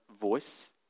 voice